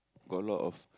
got a lot of